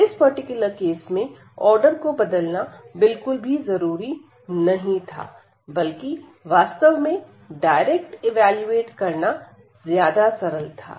तो इस particular case में ऑर्डर को बदलना बिल्कुल भी जरूरी नहीं था बल्कि वास्तव में डायरेक्ट इवेलुएट करना ज्यादा सरल था